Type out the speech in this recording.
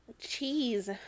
Cheese